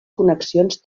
connexions